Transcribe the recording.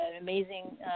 amazing